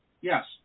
Yes